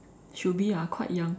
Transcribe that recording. should be ah quite young